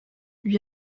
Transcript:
lui